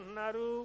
naru